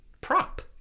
prop